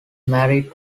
married